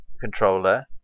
controller